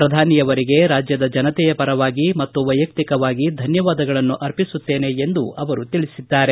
ಪ್ರಧಾನಿಯವರಿಗೆ ರಾಜ್ಯದ ಜನತೆಯ ಪರವಾಗಿ ಮತ್ತು ವೈಯಕ್ತಿಕವಾಗಿ ಧನ್ಯವಾದಗಳನ್ನು ಅರ್ಪಿಸುತ್ತೇನೆ ಎಂದು ತಿಳಿಸಿದ್ದಾರೆ